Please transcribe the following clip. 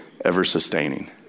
ever-sustaining